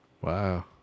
Wow